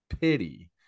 pity